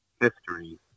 history